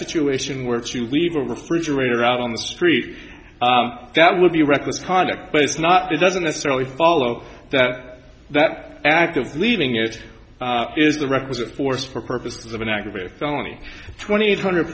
situation where if you leave a refrigerator out on the street that would be reckless conduct but it's not it doesn't necessarily follow that that act of leaving it is the requisite force for purposes of an aggravated felony twenty eight hundred